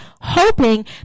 hoping